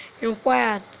inquired